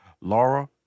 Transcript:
Laura